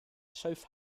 south